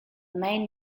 main